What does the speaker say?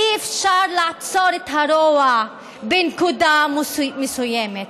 אי-אפשר לעצור את הרוע בנקודה מסוימת.